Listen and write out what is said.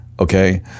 Okay